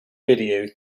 video